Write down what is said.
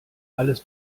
alles